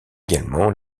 également